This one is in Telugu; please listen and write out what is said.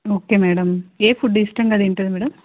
ఓకే మేడమ్ ఏ ఫుడ్ ఇష్టంగా తింటుంది మేడమ్